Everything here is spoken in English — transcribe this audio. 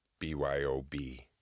BYOB